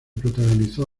protagonizó